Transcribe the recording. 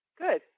Good